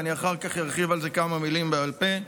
ואחר כך אני ארחיב על זה בכמה מילים בעל פה,